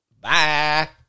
Bye